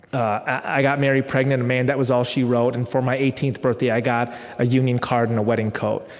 i got mary pregnant. and man that was all she wrote. and for my eighteenth birthday i got a union card and a wedding coat.